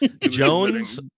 Jones